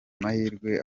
mahirwe